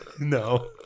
No